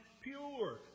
pure